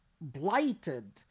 blighted